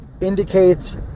indicates